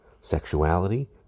sexuality